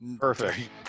Perfect